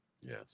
Yes